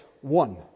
one